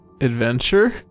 Adventure